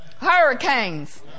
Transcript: Hurricanes